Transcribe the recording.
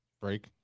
break